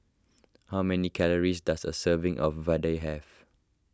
how many calories does a serving of Vadai have